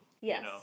Yes